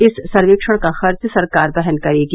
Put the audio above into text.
इस सर्वेक्षण का खर्च सरकार वहन करेगी